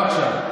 לא עכשיו,